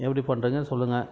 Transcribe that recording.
எப்படி பண்ணுறீங்க சொல்லுங்கள்